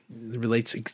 relates